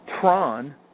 Tron